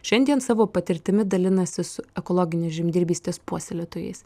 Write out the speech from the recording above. šiandien savo patirtimi dalinasi su ekologinės žemdirbystės puoselėtojais